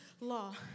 law